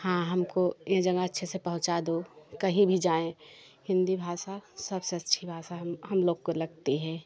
हाँ हमको ये जगह अच्छे से पहुँचा दो कहीं जाएँ हिंदी भाषा सबसे अच्छी भाषा हम हम लोग को लगती है